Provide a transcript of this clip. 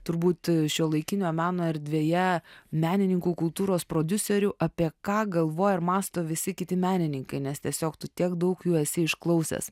turbūt šiuolaikinio meno erdvėje menininkų kultūros prodiuserių apie ką galvoja ir mąsto visi kiti menininkai nes tiesiog tu tiek daug jų esi išklausęs